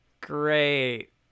Great